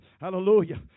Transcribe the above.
hallelujah